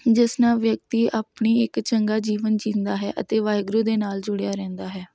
ਜਿਸ ਨਾਲ ਵਿਅਕਤੀ ਆਪਣੀ ਇੱਕ ਚੰਗਾ ਜੀਵਨ ਜੀਂਦਾ ਹੈ ਅਤੇ ਵਾਹਿਗੁਰੂ ਦੇ ਨਾਲ ਜੁੜਿਆ ਰਹਿੰਦਾ ਹੈ